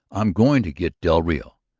i'm going to get del rio.